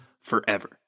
forever